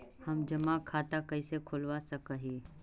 हम जमा खाता कैसे खुलवा सक ही?